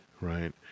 right